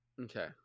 Okay